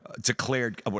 declared